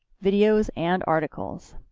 videos and articles.